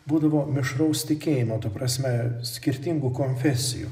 būdavo mišraus tikėjimo ta prasme skirtingų konfesijų